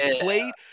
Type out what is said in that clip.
played